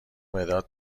مداد